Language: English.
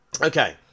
Okay